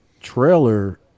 trailer